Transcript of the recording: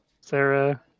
sarah